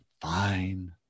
fine